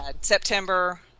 September